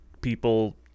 people